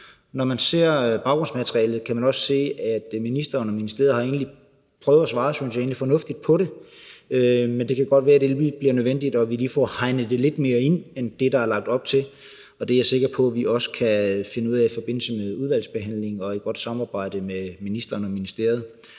Når man ser baggrundsmaterialet, kan man se, at ministeren og ministeriet egentlig har prøvet at svare fornuftigt på det, synes jeg, men det kan godt være, at det alligevel bliver nødvendigt, at vi lige får hegnet det lidt mere ind end det, der er lagt op til. Det er jeg sikker på vi kan finde ud af i forbindelse med udvalgsbehandlingen og i et godt samarbejde med ministeren og ministeriet.